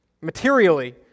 materially